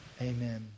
Amen